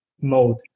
mode